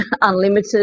unlimited